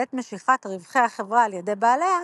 בעת משיכת רווחי החברה על ידי בעליה,